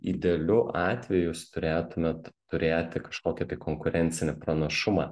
idealiu atveju jūs turėtumėt turėti kažkokį tai konkurencinį pranašumą